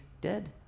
dead